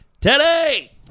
today